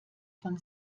von